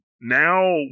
Now